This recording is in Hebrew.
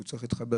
שהוא צריך להתחבר.